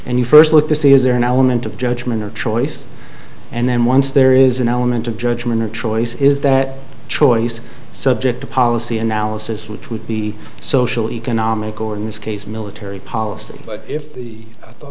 and you first look this is there an element of judgment or choice and then once there is an element of judgment or choice is that choice subject to policy analysis which would be social economic or in this case military policy but if the